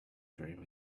dream